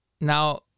now